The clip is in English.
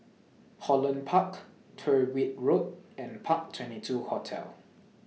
Holland Park Tyrwhitt Road and Park twenty two Hotel